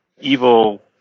evil